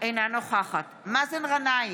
אינה נוכחת מאזן גנאים,